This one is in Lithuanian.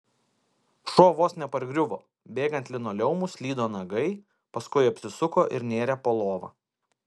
šuo vos nepargriuvo bėgant linoleumu slydo nagai paskui apsisuko ir nėrė po lova